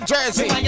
Jersey